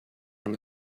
from